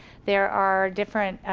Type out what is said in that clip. there are different